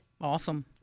Awesome